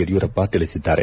ಯಡಿಯೂರಪ್ಪ ತಿಳಿಸಿದ್ದಾರೆ